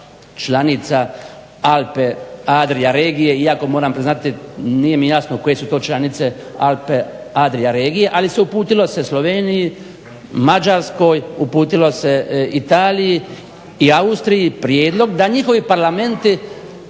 članica Alpe-Adrija regije, iako moram priznati nije mi jasno koje su to članice Alpe-Adrija regije ali se uputilo, uputilo se Sloveniji, Mađarskoj, uputilo se Italiji i Austriji prijedlog da njihovi Parlamenti